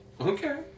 Okay